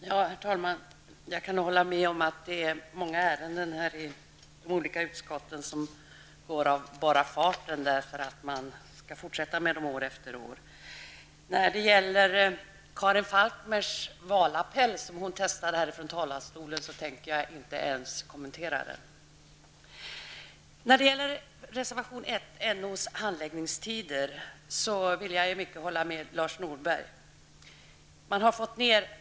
Herr talman! Jag kan hålla med om att det är många ärenden i de olika utskotten som går av bara farten därför att de tas upp år efter år. Den valappell som Karin Falkmer testade från talarstolen tänker jag inte ens kommentera. Jag kan beträffande reservation nr 1 om NOs handläggningstider i stora delar hålla med Lars Norberg.